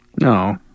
No